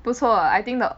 不错 I think the